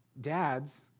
dads